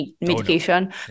medication